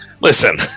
Listen